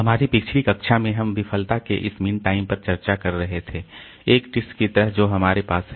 हमारी पिछली कक्षा में हम विफलता के इस मीन टाइम पर चर्चा कर रहे थे एक डिस्क की तरह जो हमारे पास है